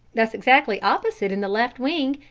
that's exactly opposite in the left wing,